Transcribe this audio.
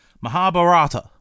Mahabharata